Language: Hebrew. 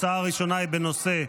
ההצעה הראשונה היא בנושא: